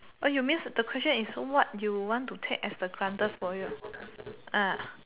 oh you mean the question what you want to take as the granter's for you